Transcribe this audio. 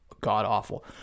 god-awful